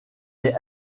est